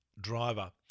driver